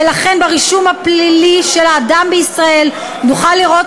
ולכן ברישום הפלילי של האדם בישראל נוכל לראות